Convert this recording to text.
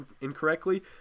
incorrectly